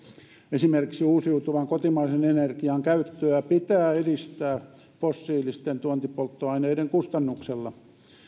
esimerkiksi uusiutuvan kotimaisen energian käyttöä pitää edistää fossiilisten tuontipolttoaineiden kustannuksella